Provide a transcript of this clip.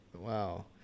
Wow